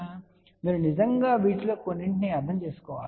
కాబట్టి మీరు నిజంగా వీటిలో కొన్నింటిని అర్థం చేసుకోవాలి